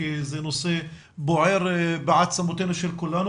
כי זה נושא בוער בעצמותינו של כולנו,